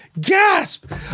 Gasp